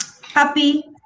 Happy